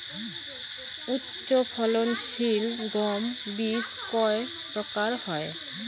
উচ্চ ফলন সিল গম বীজ কয় প্রকার হয়?